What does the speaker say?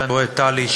ואני רואה את טלי,